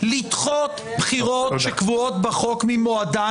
לגיטימי לדחות בחירות שקבועות בחוק ממועדן,